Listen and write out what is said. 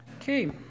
Okay